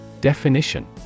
Definition